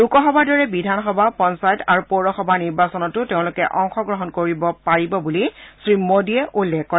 লোকসভাৰ দৰে বিধানসভা পঞ্চায়ত আৰু পৌৰসভাৰ নিৰ্বাচনতো তেওঁলোকে অংশগ্ৰহণ কৰিব পাৰিব বুলি শ্ৰীমোদীয়ে উল্লেখ কৰে